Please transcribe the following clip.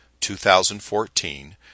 2014